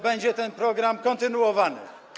będzie ten program kontynuowany.